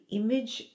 image